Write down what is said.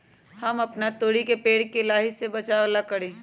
हम अपना तोरी के पेड़ के लाही से बचाव ला का करी?